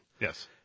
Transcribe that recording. Yes